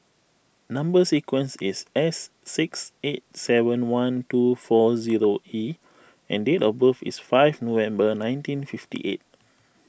Number Sequence is S six eight seven one two four zero E and date of birth is five November nineteen fifty eight